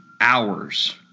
hours